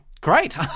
Great